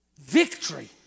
victory